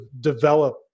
develop